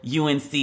UNC